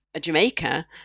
jamaica